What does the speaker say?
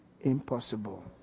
impossible